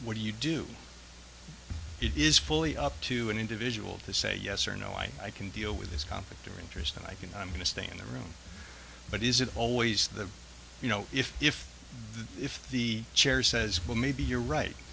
what do you do it is fully up to an individual to say yes or no i can deal with this conflict of interest and i can i'm going to stay in the room but is it always the you know if if if the chair says well maybe you're right